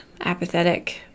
apathetic